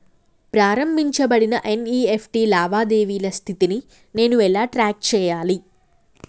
ప్రారంభించబడిన ఎన్.ఇ.ఎఫ్.టి లావాదేవీల స్థితిని నేను ఎలా ట్రాక్ చేయాలి?